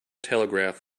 telegraph